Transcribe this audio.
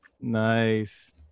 Nice